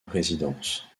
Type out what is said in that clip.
présidence